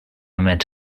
meant